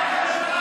לך.